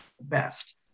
best